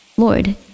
Lord